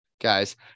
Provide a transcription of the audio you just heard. Guys